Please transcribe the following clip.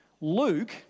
Luke